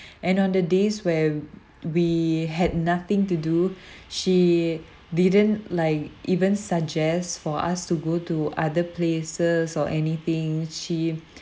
and on the days where we had nothing to do she didn't like even suggest for us to go to other places or anything she